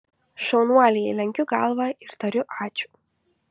šaunuoliai lenkiu galvą ir tariu ačiū